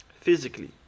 Physically